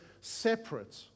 separate